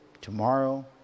tomorrow